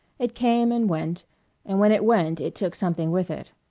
it came and went and when it went it took something with it.